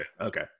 Okay